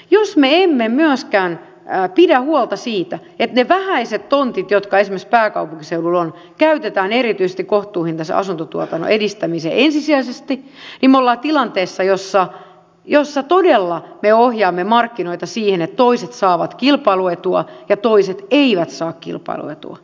jos me emme myöskään pidä huolta siitä että ne vähäiset tontit joita esimerkiksi pääkaupunkiseudulla on käytetään erityisesti kohtuuhintaisen asuntotuotannon edistämiseen ensisijaisesti niin me olemme tilanteessa jossa todella me ohjaamme markkinoita siihen että toiset saavat kilpailuetua ja toiset eivät saa kilpailuetua